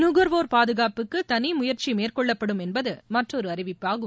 நுகார்வோர் பாதுகாப்புக்கு தனி முயற்சி மேற்கொள்ளப்படும் என்பது மற்றொரு அறிவிப்பாகும்